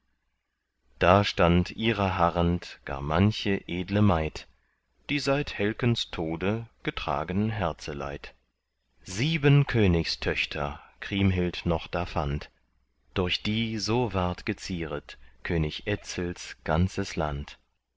da stand ihrer harrend gar manche edle maid die seit helkens tode getragen herzeleid sieben königstöchter kriemhild noch da fand durch die so ward gezieret könig etzels ganzes land